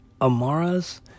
Amara's